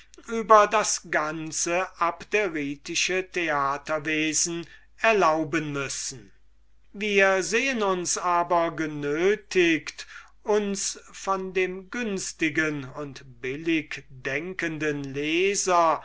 über das ganze abderitische theaterwesen erlauben müssen wir sehen uns aber genötiget uns von dem günstigen und billig denkenden leser